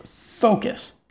focus